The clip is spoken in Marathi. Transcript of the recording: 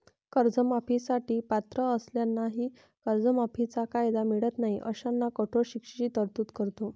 कर्जमाफी साठी पात्र असलेल्यांनाही कर्जमाफीचा कायदा मिळत नाही अशांना कठोर शिक्षेची तरतूद करतो